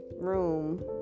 room